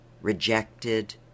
rejected